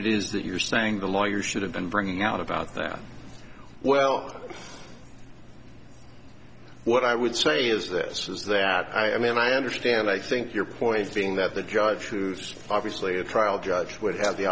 it is that you're saying the lawyer should have been bringing out about that well what i would say is this is that i mean i understand i think your point being that the judge who's obviously a trial judge would have the